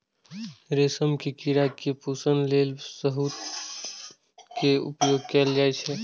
रेशम के कीड़ा के पोषण लेल शहतूत के उपयोग कैल जाइ छै